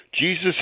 Jesus